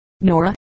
Nora